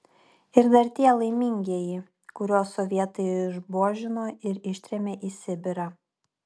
ir dar tie laimingieji kuriuos sovietai išbuožino ir ištrėmė į sibirą